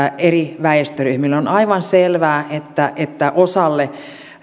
eri väestöryhmille on aivan selvää että että osalle